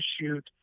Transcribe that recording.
shoot